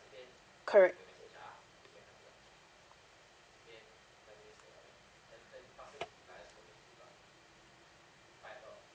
correct